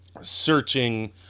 searching